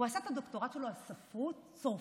הוא עשה את הדוקטורט שלו על ספרות צרפתית,